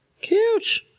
cute